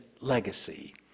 legacy